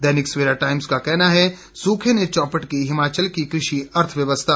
दैनिक Savera Times का कहना है सूखे ने चौपट की हिमाचल की कृषि अर्थव्यवस्था